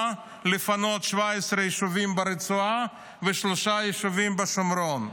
לפנות 17 יישובים ברצועה ושלושה יישובים בשומרון,